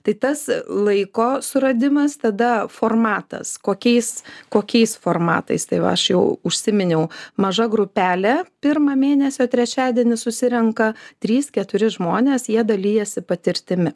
tai tas laiko suradimas tada formatas kokiais kokiais formatais tai va aš jau užsiminiau maža grupelė pirmą mėnesio trečiadienį susirenka trys keturi žmonės jie dalijasi patirtimi